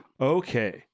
Okay